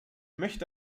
möchte